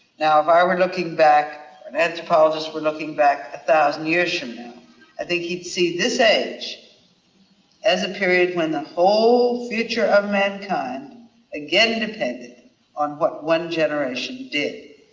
now if i were looking back, or an anthropologist were looking back a thousand years from now i think he'd see this age as a period when the whole future of mankind again depended on what one generation did.